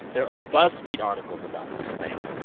there are buzzfeed articles about this thing.